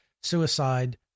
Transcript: suicide